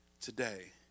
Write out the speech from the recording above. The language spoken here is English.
today